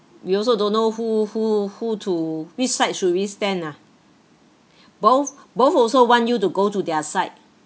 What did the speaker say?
we also don't know who who who to which side should we stand ah both both also want you to go to their side